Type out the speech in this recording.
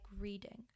reading